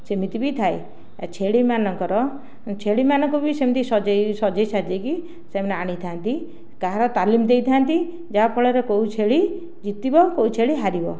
ସେମିତି ବି ଥାଏ ଆଉ ଛେଳି ମାନଙ୍କର ଛେଳି ମାନଙ୍କୁ ବି ସେମିତି ସଜାଇ ସଜାଇ ସଜାଇକି ସେମାନେ ଅଣିଥାନ୍ତି କାହାର ତାଲିମ ଦେଇଥାନ୍ତି ଯାହା ଫଳରେ କେଉଁ ଛେଳି ଜିତିବ କେଉଁ ଛେଳି ହାରିବ